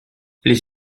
les